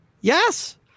yes